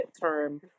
term